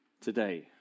today